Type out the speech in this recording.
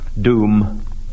Doom